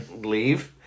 leave